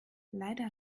leider